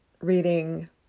reading